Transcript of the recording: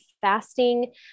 fasting